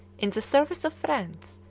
in the service of france,